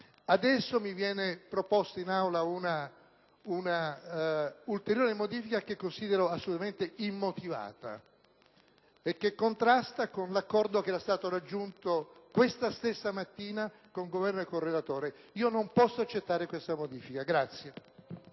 Adesso mi viene proposta in Aula un'ulteriore modifica che considero assolutamente immotivata e che contrasta con l'accordo raggiunto questa stessa mattina con il Governo e con il relatore. Non posso accettare questa modifica.